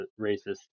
racist